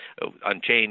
unchanged